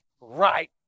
right